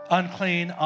unclean